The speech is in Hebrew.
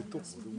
השעה הזו זה נצח.